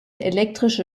elektrische